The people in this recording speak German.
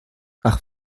ach